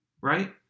Right